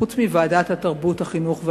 חוץ מוועדת החינוך,